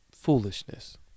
foolishness